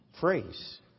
phrase